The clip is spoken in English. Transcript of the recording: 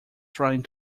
trying